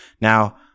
now